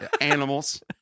animals